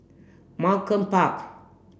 Malcolm Park